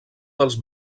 dels